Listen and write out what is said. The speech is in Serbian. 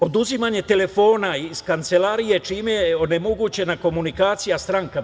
Dalje - oduzimanje telefona iz kancelarije, čime je onemogućena komunikacija strankama.